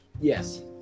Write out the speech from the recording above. Yes